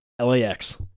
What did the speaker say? LAX